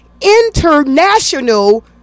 international